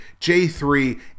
J3